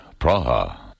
Praha